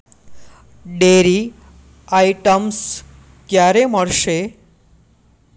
dairy items ક્યારે મળશે